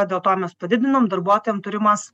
dėl to mes padidinom darbuotojam turimas